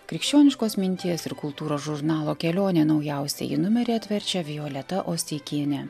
krikščioniškos minties ir kultūros žurnalo kelionė naujausiąjį numerį atverčia violeta osteikienė